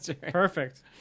perfect